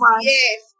Yes